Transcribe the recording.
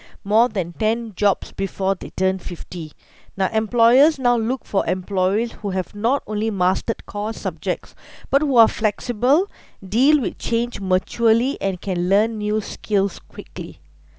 more than ten jobs before they turn fifty now employers now look for employees who have not only mastered core subjects but who are flexible deal with change maturely and can learn new skills quickly